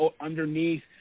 underneath